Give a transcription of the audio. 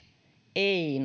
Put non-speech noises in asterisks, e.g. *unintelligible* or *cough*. ei *unintelligible*